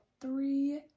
three